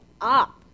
up